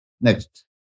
Next